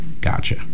Gotcha